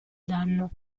danno